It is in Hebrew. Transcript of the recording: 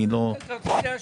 בכרטיסי אשראי.